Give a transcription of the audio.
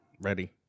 Ready